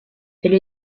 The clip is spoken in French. elle